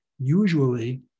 Usually